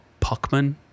Puckman